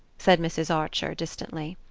said mrs. archer distantly.